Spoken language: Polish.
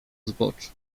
zboczu